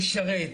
משרת.